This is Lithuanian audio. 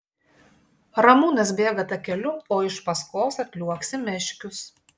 ramūnas bėga takeliu o iš paskos atliuoksi meškius